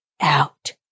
out